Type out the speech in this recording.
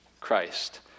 Christ